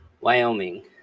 Wyoming